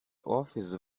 office